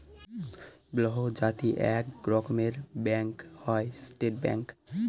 বহুজাতিক এক রকমের ব্যাঙ্ক হয় স্টেট ব্যাঙ্ক